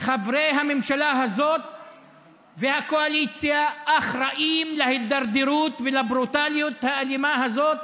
חברי הממשלה הזאת והקואליציה אחראים להידרדרות ולברוטליות האלימה הזאת